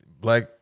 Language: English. Black